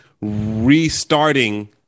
restarting